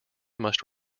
must